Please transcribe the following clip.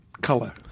color